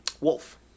Wolf